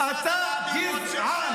תומך חמאס.